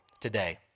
today